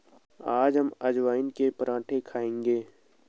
आज हम अजवाइन के पराठे खाएंगे